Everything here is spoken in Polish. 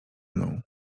mną